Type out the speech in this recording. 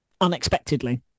unexpectedly